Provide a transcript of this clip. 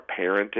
parenting